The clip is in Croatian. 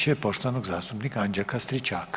će poštovanog zastupnika Anđelka Stričaka.